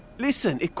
Listen